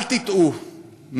אל תטעו,